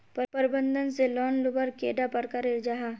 प्रबंधन से लोन लुबार कैडा प्रकारेर जाहा?